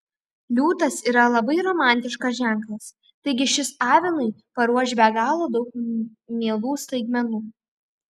liūtas yra labai romantiškas ženklas taigi šis avinui paruoš be galo daug mielų staigmenų